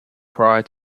prior